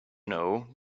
know